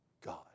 God